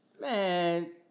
Man